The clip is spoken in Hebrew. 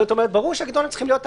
ברור שהקריטריונים צריכים להיות אחידים.